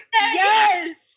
Yes